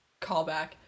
callback